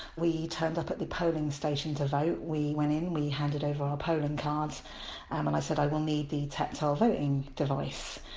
we turned up at the polling station to vote, we went in, we handed over our polling cards and when i said i will need the tactile voting device.